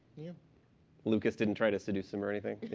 yeah lucas didn't try to seduce him or anything?